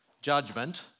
judgment